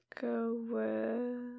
Go